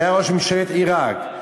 שהיה ראש ממשלת עיראק,